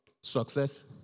success